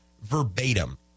Verbatim